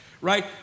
right